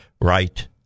right